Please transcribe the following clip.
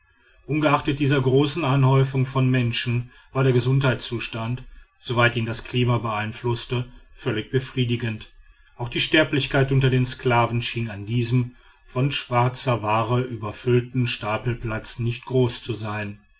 ungeachtet dieser großen anhäufung von menschen war der gesundheitszustand soweit ihn das klima beeinflußte völlig befriedigend auch die sterblichkeit unter den sklaven schien an diesem von schwarzer ware überfüllten stapelplatz nicht groß zu sein